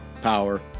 power